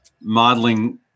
modeling